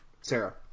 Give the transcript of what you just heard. Sarah